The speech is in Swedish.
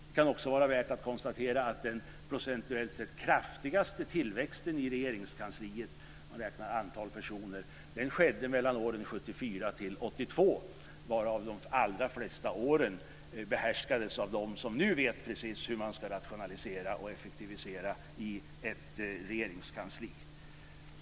Det kan också vara värt att konstatera att den procentuellt sett kraftigaste tillväxten i Regeringskansliet, om man räknar antal personer, skedde mellan åren 1974 och 1982, varav de allra flesta åren behärskades av dem som nu vet precis hur man ska rationalisera och effektivisera i ett regeringskansli.